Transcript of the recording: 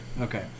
Okay